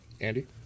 Andy